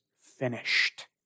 finished